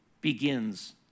begins